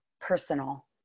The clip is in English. personal